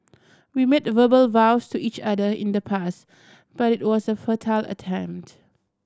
we made verbal vows to each other in the past but it was a futile attempt